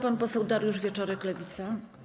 Pan poseł Dariusz Wieczorek, Lewica.